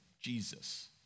Jesus